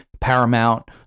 Paramount